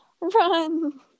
Run